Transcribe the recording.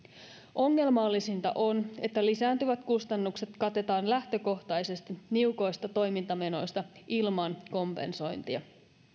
ongelmallisinta on että lisääntyvät kustannukset katetaan lähtökohtaisesti niukoista toimintamenoista ilman kompensointia